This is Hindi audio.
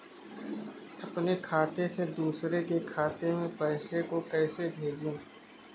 अपने खाते से दूसरे के खाते में पैसे को कैसे भेजे?